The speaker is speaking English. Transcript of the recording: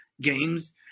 Games